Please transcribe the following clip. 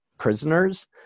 Prisoners